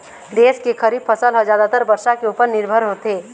देश के खरीफ फसल ह जादातर बरसा के उपर निरभर होथे